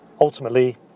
ultimately